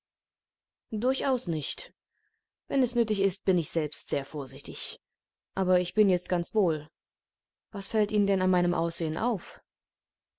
durchaus nicht wenn es nötig ist bin ich selbst sehr vorsichtig aber ich bin jetzt ganz wohl was fällt ihnen denn an meinem aussehen auf